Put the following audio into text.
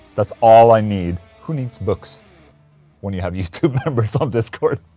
that's all i need, who needs books when you have youtube members on discord?